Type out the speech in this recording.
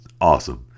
awesome